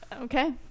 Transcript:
okay